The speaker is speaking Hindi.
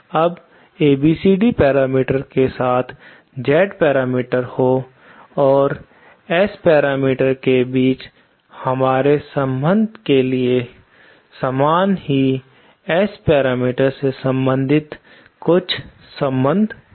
अब ABCD पैरामीटर्स के साथ Z पैरामीटर हो और S पैरामीटर्स के बीच हमारे संबंध के समान ही S पैरामीटर्स से संबंधित कुछ संबंध है